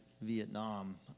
Vietnam